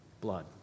Blood